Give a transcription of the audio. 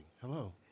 Hello